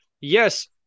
yes